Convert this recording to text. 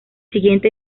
siguiente